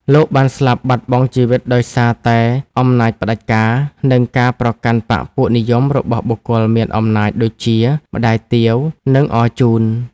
លោកបានស្លាប់បាត់បង់ជីវិតដោយសារតែអំណាចផ្តាច់ការ និងការប្រកាន់បក្សពួកនិយមរបស់បុគ្គលមានអំណាចដូចជា ម្តាយទាវ និង អរជូន។